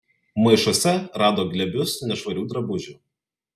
maišuose rado glėbius nešvarių drabužių